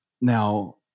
Now